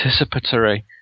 participatory